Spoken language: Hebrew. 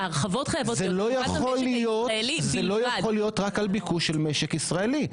זה לא יכול להיות רק על ביקוש של משק ישראלי,